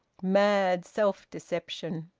mad self-deception!